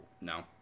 No